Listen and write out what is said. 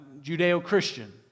judeo-christian